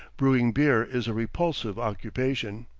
brewing beer is a repulsive occupation.